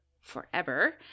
forever